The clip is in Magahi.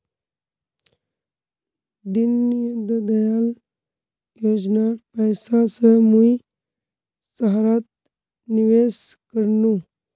दीनदयाल योजनार पैसा स मुई सहारात निवेश कर नु